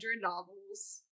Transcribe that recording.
novels